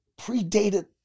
predated